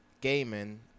gaming